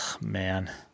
man